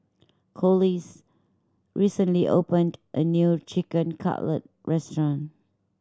Corliss recently opened a new Chicken Cutlet Restaurant